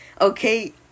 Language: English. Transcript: okay